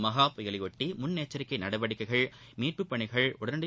மஹா புயலையொட்டி முன்னெச்சரிக்கை நடவடிக்கைகள் மீட்பு பணிகள் உடனடி